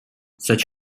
such